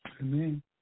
Amen